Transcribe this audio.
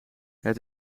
het